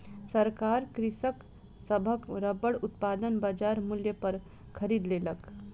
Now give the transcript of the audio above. सरकार कृषक सभक रबड़ उत्पादन बजार मूल्य पर खरीद लेलक